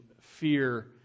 fear